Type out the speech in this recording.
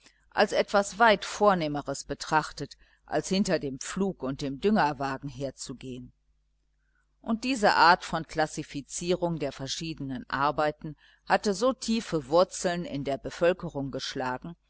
als etwas weit vornehmeres betrachtet als hinter dem pflug und dem düngerwagen herzugehen und diese art von klassifizierung der verschiedenen arbeiten hatte so tiefe wurzeln in der bevölkerung geschlagen